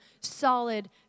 solid